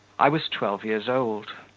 i was twelve years old.